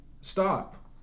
stop